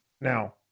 now